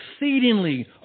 exceedingly